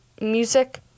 music